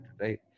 right